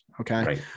Okay